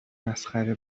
مسخره